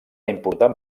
important